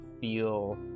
feel